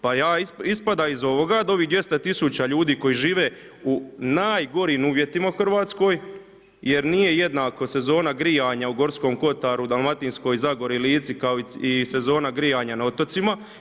Pa ja, ispada iz ovoga da ovih 200 tisuća ljudi koji žive u najgorim uvjetima u Hrvatskoj, jer nije jednako sezona grijanja u Gorskom Kotaru, Dalmatinskoj zagori, Lici kao i sezona grijanja na otocima.